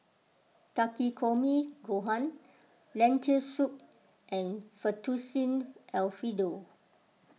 Takikomi Gohan Lentil Soup and Fettuccine Alfredo